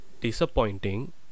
disappointing